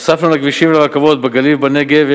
הוספנו לכבישים ולרכבות, בגליל ובנגב.